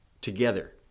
together